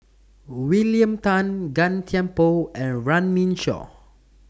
William Tan Gan Thiam Poh and Runme Shaw